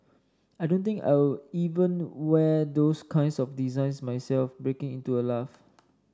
I don't think I'll even wear those kinds of designs myself breaking into a laugh